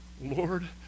Lord